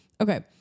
Okay